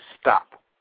stop